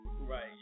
Right